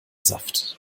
saft